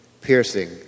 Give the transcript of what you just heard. piercing